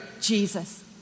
Jesus